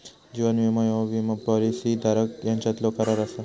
जीवन विमो ह्यो विमो पॉलिसी धारक यांच्यातलो करार असा